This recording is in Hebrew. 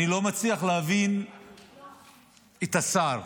אני לא מצליח להבין את השר,